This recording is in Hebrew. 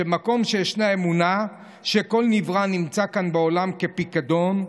שבמקום שישנה אמונה שכל נברא נמצא כאן בעולם כפיקדון,